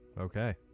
Okay